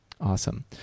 Awesome